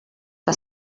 que